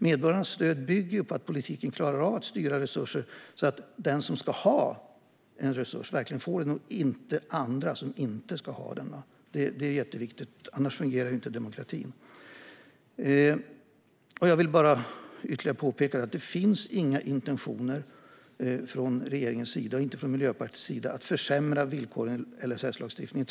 Medborgarnas stöd bygger på att politiken klarar av att styra resurser så att den som ska ha en resurs verkligen får den och inte andra som inte ska ha den. Det är jätteviktigt, annars fungerar inte demokratin. Jag vill bara än en gång påpeka att det inte finns några intentioner från regeringens eller Miljöpartiets sida att försämra villkoren i LSS-lagstiftningen.